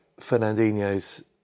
Fernandinho's